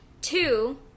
Two